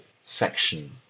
section